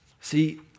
See